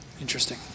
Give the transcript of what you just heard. interesting